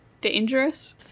Dangerous